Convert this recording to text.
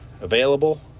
available